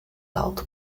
alto